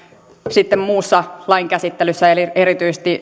sitten muussa lain käsittelyssä eli erityisesti